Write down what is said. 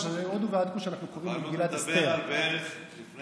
יש דעה שהן בשני